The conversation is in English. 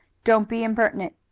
don't be impertinent.